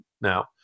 now